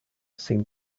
seemed